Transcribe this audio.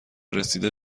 رسیده